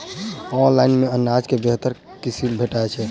Online मे अनाज केँ बेहतर किसिम भेटय छै?